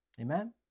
Amen